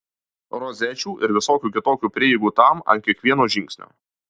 rozečių ir visokių kitokių prieigų tam ant kiekvieno žingsnio